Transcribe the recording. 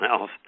else